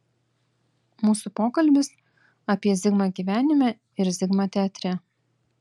mūsų pokalbis apie zigmą gyvenime ir zigmą teatre